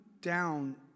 down